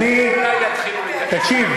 אני רוצה לשמוע, מה המציעים מבקשים?